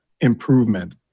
improvement